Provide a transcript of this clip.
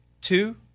two